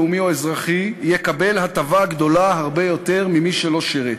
לאומי או אזרחי יקבל הטבה גדולה הרבה יותר ממי שלא שירת.